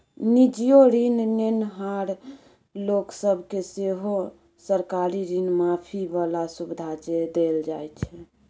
निजीयो ऋण नेनहार लोक सब केँ सेहो सरकारी ऋण माफी बला सुविधा देल जाइ छै